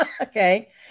Okay